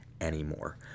anymore